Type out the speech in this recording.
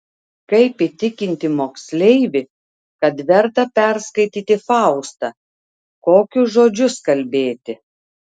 kaip įtikinti moksleivį kad verta perskaityti faustą kokius žodžius kalbėti